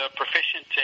proficient